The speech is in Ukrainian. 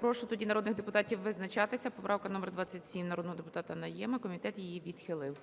Прошу тоді народних депутатів визначатися: поправка номер 27 народного депутата Найєма, комітет її відхилив.